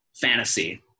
fantasy